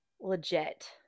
Legit